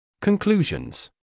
Conclusions